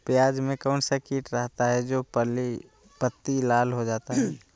प्याज में कौन सा किट रहता है? जो पत्ती लाल हो जाता हैं